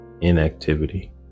inactivity